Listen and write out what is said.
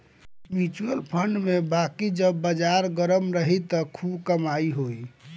mutual fund में बाकी जब बाजार गरम रही त खूब कमाई होई